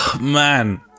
Man